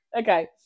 Okay